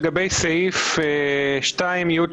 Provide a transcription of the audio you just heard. לגבי סעיף 2(י)(2),